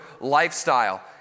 lifestyle